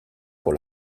pour